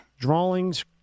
drawings